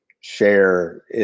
share